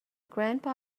grandpa